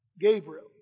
Gabriel